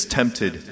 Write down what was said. tempted